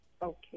Okay